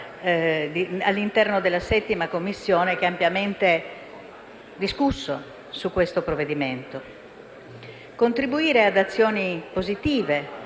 di rilevare in 7a Commissione, che ha ampiamente discusso su questo provvedimento. Contribuire ad azioni positive